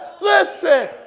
Listen